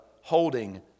holding